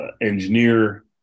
engineer